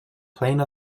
plane